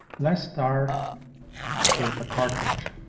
let's s start with the cartridge.